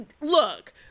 look